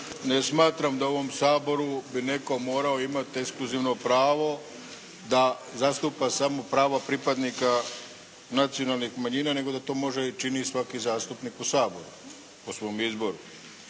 ne smatram da u ovom Saboru bi netko morao imati ekskluzivno pravo da zastupa samo pravo pripadnika nacionalnih manjina nego da to može i čini svaki zastupnik u Saboru po svom izboru.